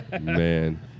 Man